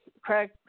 Craig